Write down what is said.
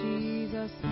Jesus